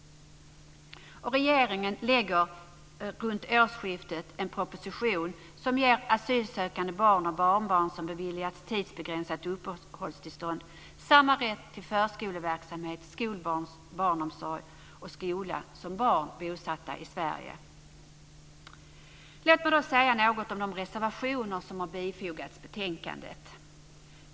Regeringen lägger runt årsskiftet en proposition som ger barn och barnbarn till asylsökande som beviljats tidsbegränsat uppehållstillstånd samma rätt till förskoleverksamhet, barnomsorg och skola som barn bosatta i Sverige. Låt mig säga något om de reservationer som har bifogats betänkandet.